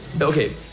okay